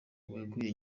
weguye